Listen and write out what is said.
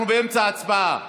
אנחנו באמצע הצבעה.